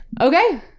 Okay